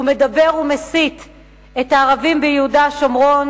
הוא מדבר ומסית את הערבים ביהודה ושומרון